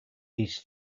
east